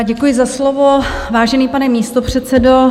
Děkuji za slovo, vážený pane místopředsedo.